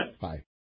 Bye